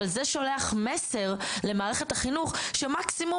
אבל זה שולח מסר למערכת החינוך שמקסימום